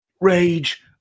rage